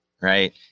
right